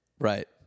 Right